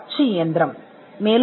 அச்சகம்